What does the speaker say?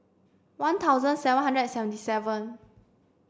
one thousand seven hundred and seventy seven